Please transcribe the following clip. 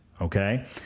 okay